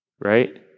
Right